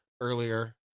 earlier